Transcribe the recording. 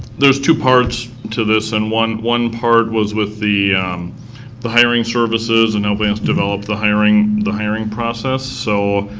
there's two parts to this, and one one part was with the the hiring services, and we've but and developed the hiring the hiring process. so,